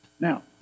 Now